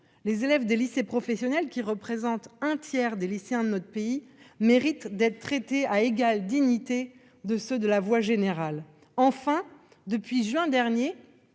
Les élèves des lycées professionnels, qui représentent un tiers des lycéens de notre pays, méritent d'être traités à égale dignité de ceux de la voie générale. Enfin, depuis juin dernier,